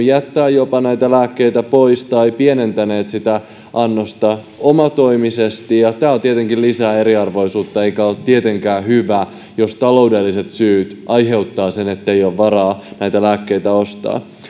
jättää näitä lääkkeitä pois tai ovat pienentäneet annostaan omatoimisesti tämä tietenkin lisää eriarvoisuutta eikä ole tietenkään hyvä jos taloudelliset syyt aiheuttavat sen ettei ole varaa näitä lääkkeitä ostaa